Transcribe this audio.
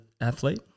athlete